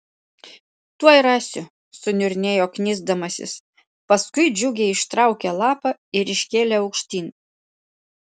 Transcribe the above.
tuoj rasiu suniurnėjo knisdamasis paskui džiugiai ištraukė lapą ir iškėlė aukštyn